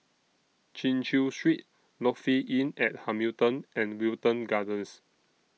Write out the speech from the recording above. Chin Chew Street Lofi Inn At Hamilton and Wilton Gardens